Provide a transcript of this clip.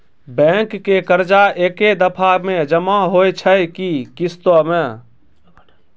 Bank के कर्जा ऐकै दफ़ा मे जमा होय छै कि किस्तो मे?